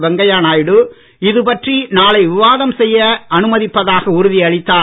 வெங்கைய நாயுடு இதுபற்றி நாளை விவாதம் செய்ய அனுமதிப்பதாக உறுதி அளித்தார்